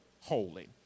holy